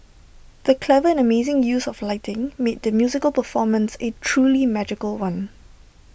the clever and amazing use of lighting made the musical performance A truly magical one